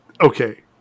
Okay